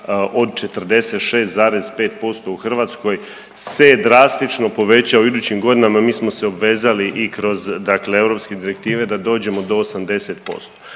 od 46,5% u Hrvatskoj se drastično poveća u idućim godinama. Mi smo se obvezali i kroz dakle europske direktive da dođemo do 80%.